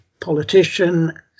politician